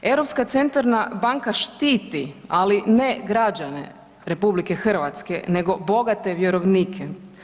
Europska centralna banka štiti, ali ne građane RH nego bogate vjerovnike.